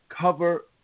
cover